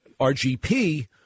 RGP